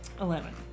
Eleven